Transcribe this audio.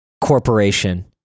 corporation